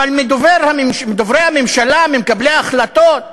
אבל מדוברי הממשלה, ממקבלי החלטות,